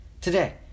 Today